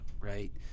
right